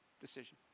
decision